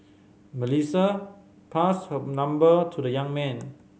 Melissa passed her number to the young man